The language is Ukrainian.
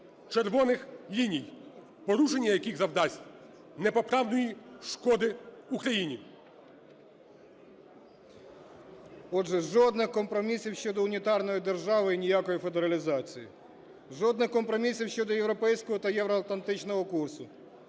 (червоних ліній), порушення яких завдасть непоправної шкоди Україні. 16:32:29 РАХМАНІН С.І. Отже, жодних компромісів щодо унітарної держави і ніякої федералізації. Жодних компроміс щодо європейського та євроатлантичного курсу.